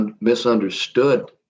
misunderstood